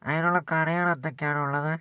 അതിനുള്ള കറികൾ എന്തൊക്കെയാണുള്ളത്